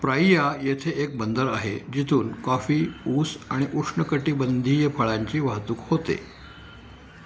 Praia येथे एक बंदर आहे जिथून कॉफी ऊस आणि उष्णकटीबंधीय फळांची वाहतूक होते